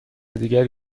دیگری